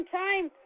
time